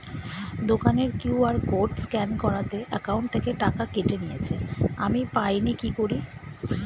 দোকানের QR code scan করাতে account থেকে টাকা কেটে নিয়েছে, আমি পাইনি কি করি?